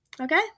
Okay